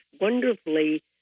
wonderfully